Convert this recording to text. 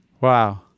Wow